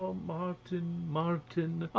um martin! martin!